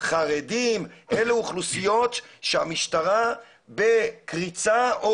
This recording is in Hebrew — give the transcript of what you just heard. חרדים אלה אוכלוסיות שהמשטרה בקריצה או